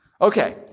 Okay